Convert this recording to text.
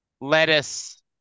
lettuce